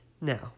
Now